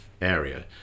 area